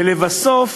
ולבסוף,